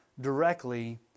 directly